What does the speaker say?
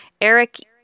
Eric